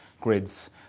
grids